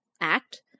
act